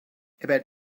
about